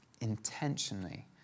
intentionally